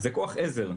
זה כוח-עזר.